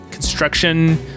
construction